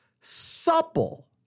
supple